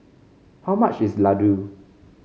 how much is Ladoo